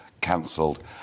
cancelled